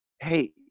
hey